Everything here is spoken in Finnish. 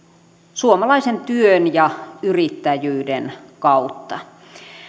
suomalaisen työn ja yrittäjyyden kautta